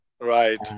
right